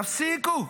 תפסיקו.